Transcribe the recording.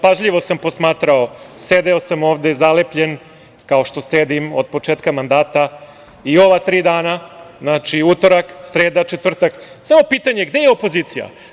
Pažljivo sam posmatrao, sedeo sam ovde zalepljen, kao što sedim od početka mandata i ova tri dana, utorak, sreda, četvrtak, samo pitanje – gde je opozicija?